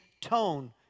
tone